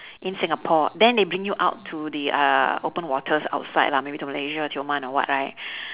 in singapore then they bring you out to the uh open waters outside lah maybe to malaysia tioman or what right